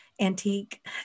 antique